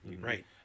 Right